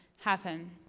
happen